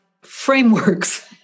frameworks